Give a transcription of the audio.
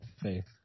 faith